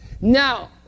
Now